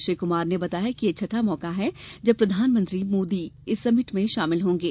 श्री कुमार ने बताया कि यह छठा मौका है जब प्रधानमंत्री मोदी इस समिट में शामिल होंगे